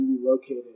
relocated